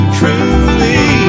truly